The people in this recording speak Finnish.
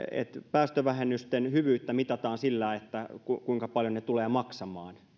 päästövähennysten hyvyyttä mitataan sillä kuinka paljon ne tulevat maksamaan